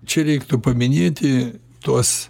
čia reiktų paminėti tuos